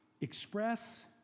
Express